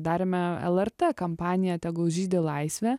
darėme lrt kampaniją tegul žydi laisvė